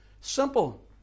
Simple